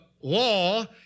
law